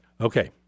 Okay